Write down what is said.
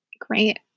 Great